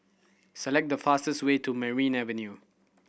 select the fastest way to Merryn Avenue